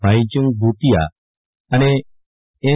ભાઈચુંગ ભુતિયા અને એમ